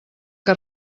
que